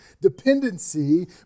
dependency